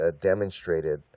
demonstrated